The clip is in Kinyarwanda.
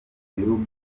bihugu